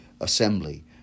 assembly